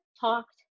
talked